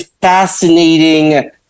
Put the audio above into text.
fascinating